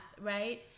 right